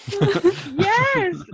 Yes